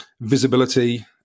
visibility